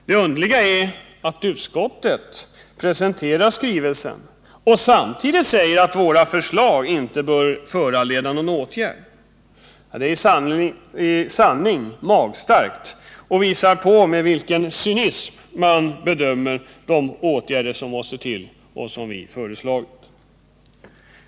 Det underliga är att utskottet presenterar skrivelsen och samtidigt säger att våra förslag inte bör föranleda någon åtgärd. Det är i sanning magstarkt och visar med vilken cynism man bedömer de åtgärder som måste till och som vi har föreslagit.